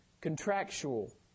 contractual